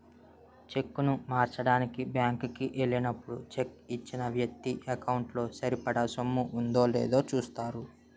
చెక్కును మార్చడానికి బ్యాంకు కి ఎల్లినప్పుడు చెక్కు ఇచ్చిన వ్యక్తి ఎకౌంటు లో సరిపడా సొమ్ము ఉందో లేదో చూస్తారు